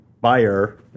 buyer